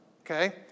Okay